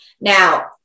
Now